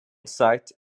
site